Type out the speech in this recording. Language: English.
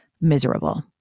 miserable